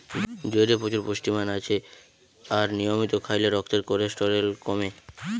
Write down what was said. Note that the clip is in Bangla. জইয়ে প্রচুর পুষ্টিমান আছে আর নিয়মিত খাইলে রক্তের কোলেস্টেরল কমে